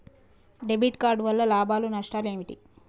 Debit card వల్ల లాభాలు నష్టాలు ఏమిటి?